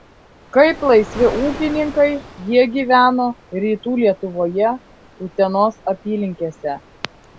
kaip laisvi ūkininkai jie gyveno rytų lietuvoje utenos apylinkėse